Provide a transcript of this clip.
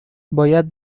باید